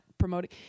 promoting